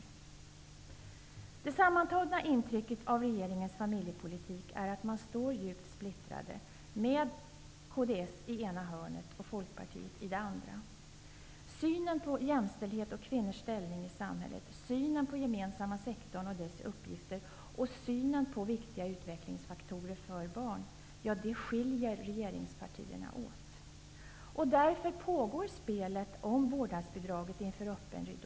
Det sammantagna intrycket av regeringens familjepolitik är att man står djupt splittrad med kds i ena hörnet och Folkpartiet i det andra. Synen på jämställdhet och kvinnors ställning i samhället, synen på gemensamma sektorn och dess uppgifter samt synen på viktiga utvecklingsfaktorer för barn skiljer regeringspartierna åt. Spelet om vårdnadsbidraget pågår inför öppen ridå.